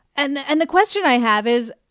and the and the question i have is,